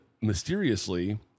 mysteriously